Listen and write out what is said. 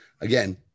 again